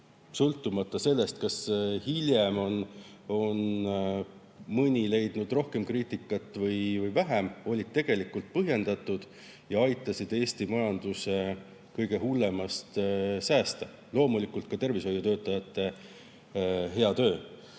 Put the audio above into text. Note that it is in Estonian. sõltumata sellest, kas hiljem on mõni otsus leidnud rohkem või vähem kriitikat, olid tegelikult põhjendatud ja aitasid Eesti majanduse kõige hullemast säästa. Loomulikult ka tervishoiutöötajate hea töö.